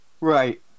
right